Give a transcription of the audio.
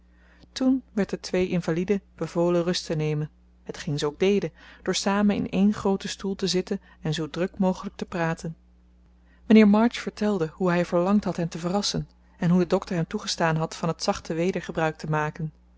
toen werd den twee invaliden bevolen rust te nemen hetgeen ze ook deden door samen in één grooten stoel te zitten en zoo druk mogelijk te praten mijnheer march vertelde hoe hij verlangd had hen te verrassen en hoe de dokter hem toegestaan had van het zachte weder gebruik te maken